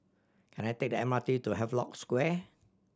can I take the M R T to Havelock Square